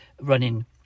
running